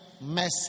mess